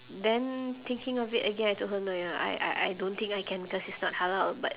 then thinking of it again I told her no ya I I I don't think I can cause it's not halal but